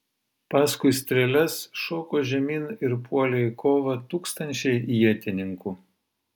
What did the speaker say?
paskui strėles šoko žemyn ir puolė į kovą tūkstančiai ietininkų